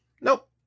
nope